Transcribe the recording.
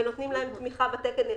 ונותנים להם תמיכה בתקן השתלבות.